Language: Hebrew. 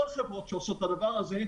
כמו חברות שעושות את הדבר הזה,